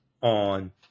on